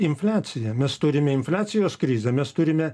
infliaciją mes turime infliacijos krizę mes turime